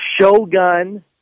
Shogun